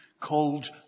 called